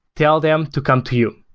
tell them to come to you.